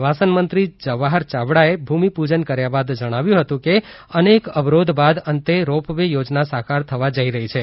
પ્રવાસન મંત્રી જવાહર યાવડાએ ભૂમિપૂજન કર્યા બાદ જણાવ્યું હતું કે અનેક અવરોધ બાદ અંતે રોપ વે યોજના સાકાર થવા જઇ રહી છે